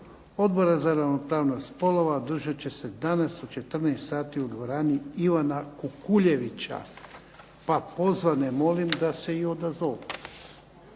Odbora za ravnopravnost spolova održat će se danas u 14 sati u dvorani Ivana Kukuljevića, pa pozvane molim da se i odazovu.